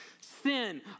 sin